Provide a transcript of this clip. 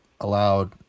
allowed